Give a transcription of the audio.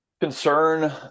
concern